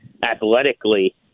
athletically